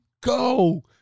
go